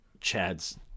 Chad's